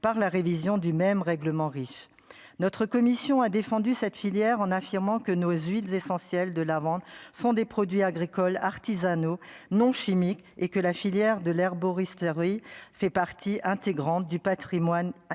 par la révision du même règlement riche notre commission a défendu cette filière en affirmant que nos huiles essentielles de lavande, ce sont des produits agricoles, artisanaux non chimiques et que la filière de l'herboristerie fait partie intégrante du Patrimoine immatériel